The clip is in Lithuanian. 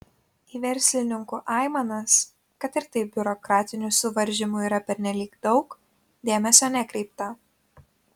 į verslininkų aimanas kad ir taip biurokratinių suvaržymų yra pernelyg daug dėmesio nekreipta